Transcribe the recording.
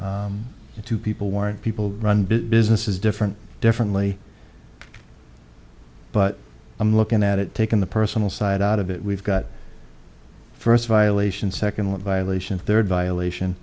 you two people weren't people run businesses different differently but i'm looking at it taking the personal side out of it we've got first violations second one violation third violation